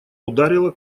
ударила